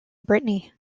brittany